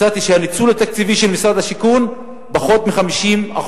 מצאתי שהניצול התקציבי של משרד השיכון פחות מ-50%.